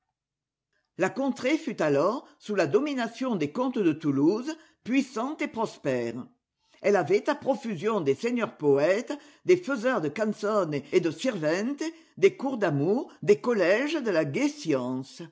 la contrée fut alors sous la domination des comtes de toulouse puissante et prospère elle avait à profusion des seigneurs poètes des faiseurs de canzones et de sirventes des cours d'amour des collèges de la